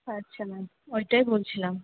আচ্ছা ম্যাম ওইটাই বলছিলাম